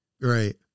right